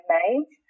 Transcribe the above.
made